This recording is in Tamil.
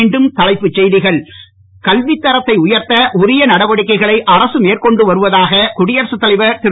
மீண்டும் தலைப்புச் செய்திகள் கல்வித் தரத்தை உயர்த்த உரிய நடவடிக்கைகளை அரச மேற்கொண்டு வருவதாக குடியரசுத் தலைவர் திரு